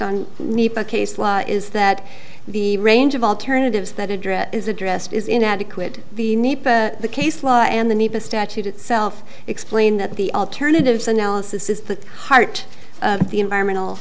by case law is that the range of alternatives that address is addressed is inadequate the need case law and the need to statute itself explain that the alternatives analysis is the heart of the environmental